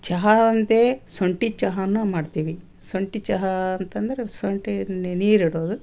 ಚಹಾ ಅಂತೇ ಶುಂಟಿ ಚಹಾನು ಮಾಡ್ತೀವಿ ಶುಂಟಿ ಚಹಾ ಅಂತಂದರೆ ಶುಂಟಿ ನೀರು ಇಡೋದು